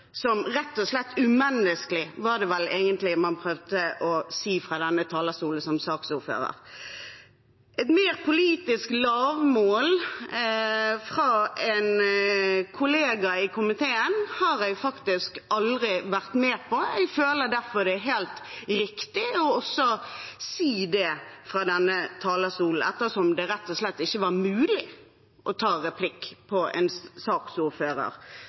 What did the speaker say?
som rett og slett umenneskelige – det var vel egentlig det man som saksordfører prøvde å si fra denne talerstolen. Et mer politisk lavmål fra en kollega i komiteen har jeg faktisk aldri vært med på. Jeg føler derfor det er helt riktig å si det fra denne talerstolen, ettersom det rett og slett ikke var mulig å ta replikk på en saksordfører